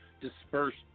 dispersed